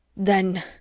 then.